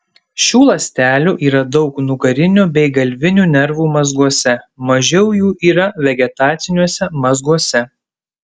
šių ląstelių yra daug nugarinių bei galvinių nervų mazguose mažiau jų yra vegetaciniuose mazguose